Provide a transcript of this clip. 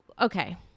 okay